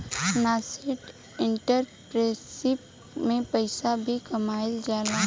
nascent entrepreneurship में पइसा भी कामयिल जाला